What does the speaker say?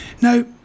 Now